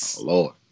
Lord